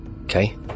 Okay